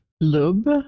lub